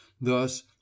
thus